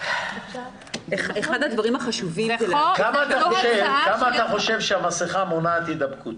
עד כמה אתה חושב שהמסכה מונעת הידבקות?